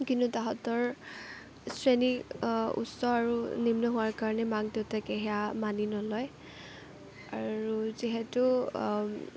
কিন্তু তাহাঁতৰ শ্ৰেণী উচ্চ আৰু নিম্ন হোৱাৰ কাৰণে মাক দেউতাকে সেয়া মানি নলয় আৰু যিহেতু